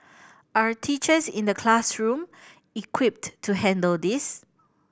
are teachers in the classroom equipped to handle this